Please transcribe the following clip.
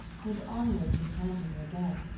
went onward to encounter him again.